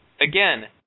Again